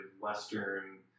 Western